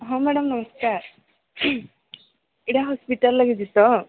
ହଁ ମ୍ୟାଡମ୍ ନମସ୍କାର ଏଇଟା ହସ୍ପିଟାଲ ଲାଗିଛି ତ